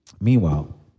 Meanwhile